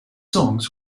songs